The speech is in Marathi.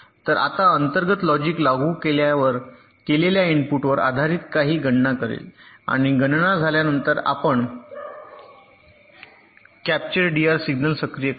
तर आता अंतर्गत लॉजिक लागू केलेल्या इनपुटवर आधारित काही गणना करेल आणि गणना झाल्यानंतर आपण कॅप्चर डीआर सिग्नल सक्रिय करा